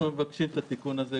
אנחנו גם מבקשים את התיקון הזה.